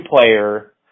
player